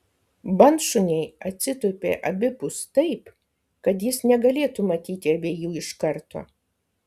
bandšuniai atsitūpė abipus taip kad jis negalėtų matyti abiejų iškarto